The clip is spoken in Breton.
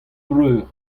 breur